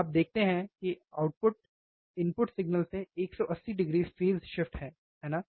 आप देखते हैं कि आउटपुट इनपुट सिग्नल से 180 डिग्री फ़ेज़ शिफ्ट है है ना